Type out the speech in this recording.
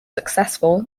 successful